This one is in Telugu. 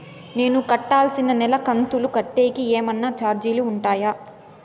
నేను కట్టాల్సిన నెల కంతులు కట్టేకి ఏమన్నా చార్జీలు ఉంటాయా?